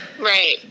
Right